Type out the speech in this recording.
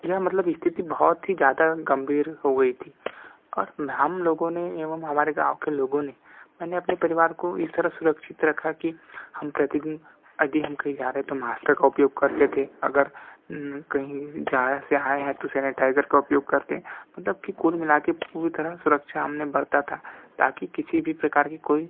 यह मतलब स्तिथि बहुत ही ज़्यादा गंभीर हो गई थी और हम लोगों ने एवं हमारे गाँव के लोगों ने मैंने अपने परिवार को इस तरह सुरक्षित रखा कि हम प्रतिदिन यदि हम कहीं जा रहे तो मास्कों का उपयोग करते थे अगर कहीं जाए से आए हैं तो सेनिटाइज़र का उपयोग करते मतलब की कुल मिला के पूरी तरह सुरक्षा हमने बरती थी ताकि किसी भी प्रकार की कोई